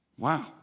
Wow